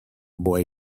boy